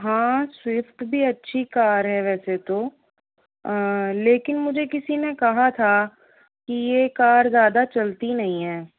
हाँ स्विफ्ट भी अच्छी कार है वैसे तो लेकिन मुझे किसी ने कहा था की यह कार ज़्यादा चलती नहीं है